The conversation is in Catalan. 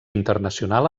internacional